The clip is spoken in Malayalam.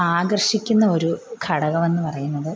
ആകർഷിക്കുന്ന ഒരു ഘടകമെന്ന് പറയുന്നത്